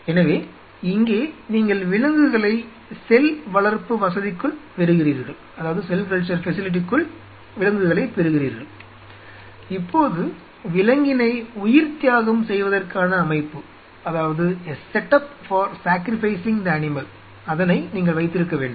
எனவே இங்கே நீங்கள் விலங்குகளை செல் வளர்ப்பு வசதிக்குள் பெறுகிறீர்கள் இப்போது விலங்கினை உயிர்த்தியாகம் செய்வதற்கான அமைப்பை நீங்கள் வைத்திருக்க வேண்டும்